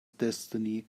destiny